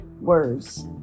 words